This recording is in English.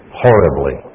horribly